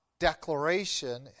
Declaration